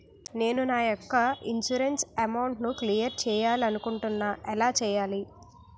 నేను నా యెక్క ఇన్సురెన్స్ అమౌంట్ ను క్లైమ్ చేయాలనుకుంటున్నా ఎలా చేయాలి?